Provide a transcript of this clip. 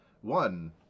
one